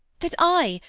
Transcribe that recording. that i,